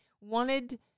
wanted